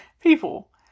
people